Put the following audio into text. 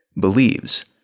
believes